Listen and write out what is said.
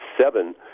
seven